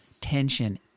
tension